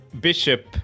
Bishop